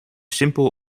simpel